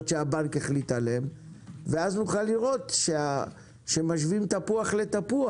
שהבנק החליט עליהן ואז נוכל לראות שמשווים תפוח לתפוח.